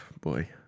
boy